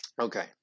Okay